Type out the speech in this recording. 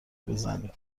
بزنی